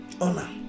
Honor